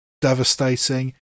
devastating